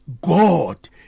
God